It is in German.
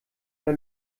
der